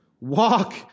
Walk